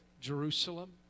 Jerusalem